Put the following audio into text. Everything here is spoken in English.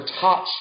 touch